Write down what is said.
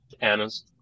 Anna's